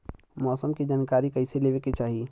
मौसम के जानकारी कईसे लेवे के चाही?